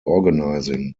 organizing